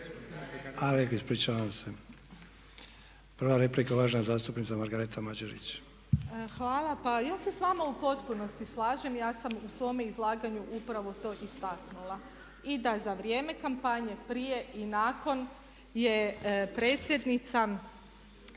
HNS-a, ispričavam se, prva replika uvažena zastupnica Margareta Mađerić. **Mađerić, Margareta (HDZ)** Hvala. Pa ja se s vama u potpunosti slažem. Ja sam u svome izlaganju upravo to istaknula i da za vrijeme kampanje, prije i nakon je predsjednica,